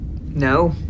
No